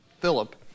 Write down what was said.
Philip